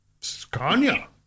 Scania